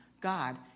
God